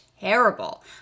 terrible